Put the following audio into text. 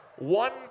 One